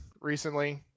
recently